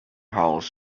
halls